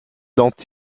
dont